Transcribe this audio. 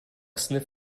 sniff